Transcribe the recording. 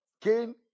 Cain